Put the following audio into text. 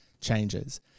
changes